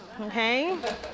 okay